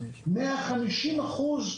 150% קיבולת.